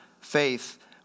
faith